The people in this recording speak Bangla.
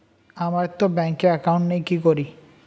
আমারতো ব্যাংকে একাউন্ট নেই কি করি?